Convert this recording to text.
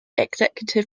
executive